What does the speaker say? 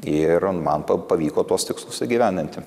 ir man pa pavyko tuos tikslus įgyvendinti